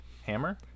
hammer